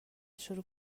شروع